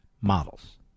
models